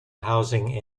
housing